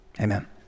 amen